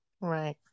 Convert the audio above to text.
Right